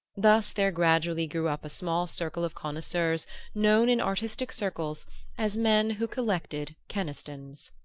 thus there gradually grew up a small circle of connoisseurs known in artistic, circles as men who collected kenistons.